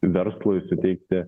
verslui suteikti